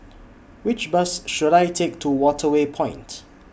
Which Bus should I Take to Waterway Point